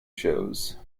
shows